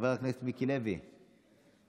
חבר הכנסת מיקי לוי, בבקשה.